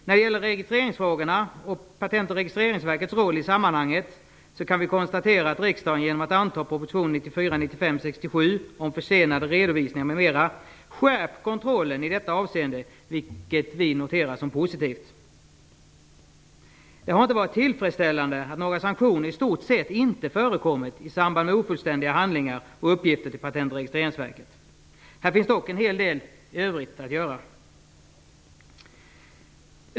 När det gäller registreringsfrågorna och Patentoch registreringsverkets roll i sammanhanget kan vi konstatera att riksdagen genom att anta proposition 1994/95:67 om försenade redovisningar m.m. skärpt kontrollen i detta avseende, vilket vi noterar som positivt. Det har inte varit tillfredsställande att sanktioner i stort sett inte förekommit i samband med ofullständiga handlingar och uppgifter till Patent och registeringsverket. Här finns dock en hel del i övrigt att göra.